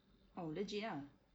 oh legit ah